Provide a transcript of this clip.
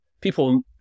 People